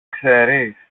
ξέρεις